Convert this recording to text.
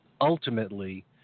Ultimately